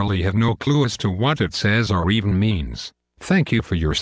really have no clue as to what it says are even means thank you for your